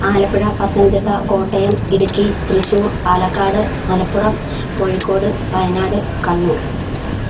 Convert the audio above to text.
Alappuzha Pathanamthitta Kottayam Idukki Thrissur Palakkad Malappuram Kozhikode Wayanad Kannur